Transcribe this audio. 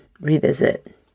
revisit